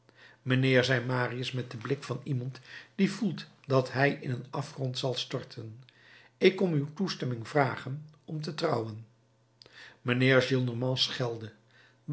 mijnheer zei marius met den blik van iemand die voelt dat hij in een afgrond zal storten ik kom uw toestemming vragen om te trouwen